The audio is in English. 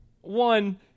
One